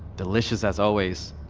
delicious as always.